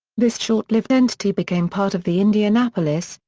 this short-lived entity became part of the indianapolis,